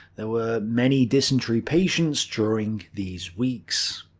there were many dysentery patients during these weeks.